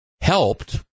helped